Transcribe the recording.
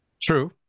true